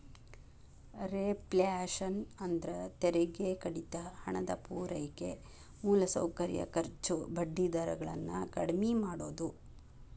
reflation ಅಂದ್ರ ತೆರಿಗೆ ಕಡಿತ ಹಣದ ಪೂರೈಕೆ ಮೂಲಸೌಕರ್ಯ ಖರ್ಚು ಬಡ್ಡಿ ದರ ಗಳನ್ನ ಕಡ್ಮಿ ಮಾಡುದು